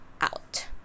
out